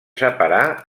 separà